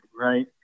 right